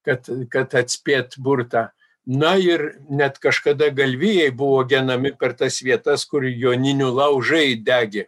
kad kad atspėt burtą na ir net kažkada galvijai buvo genami per tas vietas kur joninių laužai degė